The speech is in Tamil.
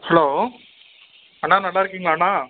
ஹலோ அண்ணா நல்லாருக்கீங்களானா